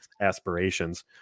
aspirations